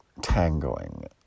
tangoing